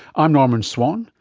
i'm norman swan,